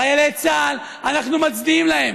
חיילי צה"ל, אנחנו מצדיעים להם.